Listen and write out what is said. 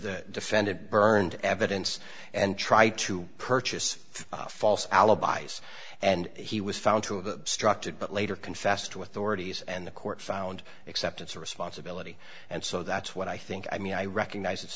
the defendant burned evidence and try to purchase false alibis and he was found to have obstructed but later confessed to authorities and the court found acceptance of responsibility and so that's what i think i mean i recognize it's